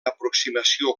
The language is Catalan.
aproximació